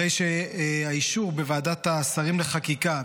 הרי שהאישור בוועדת השרים לחקיקה,